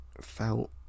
Felt